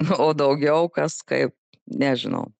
nu o daugiau kas kaip nežinau